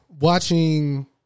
watching